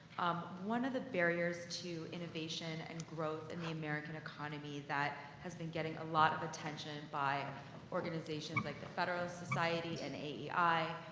um, one of the barriers to innovation and growth in the american economy that has been getting a lot of attention by organizations like the federalist society and aei,